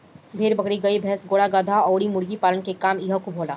भेड़ बकरी, गाई भइस, घोड़ा गदहा, बतख अउरी मुर्गी पालन के काम इहां खूब होला